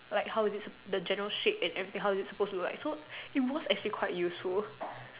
like how is it like the general shape how is it supposed to look like it was actually quite useful